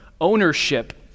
ownership